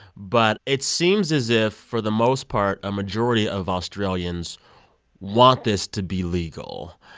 but it seems as if, for the most part, a majority of australians want this to be legal.